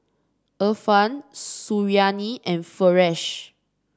Irfan Suriani and Firash